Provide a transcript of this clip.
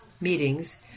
meetings